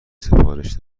سفارش